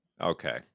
Okay